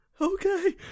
okay